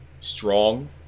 strong